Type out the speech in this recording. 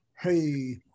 Hey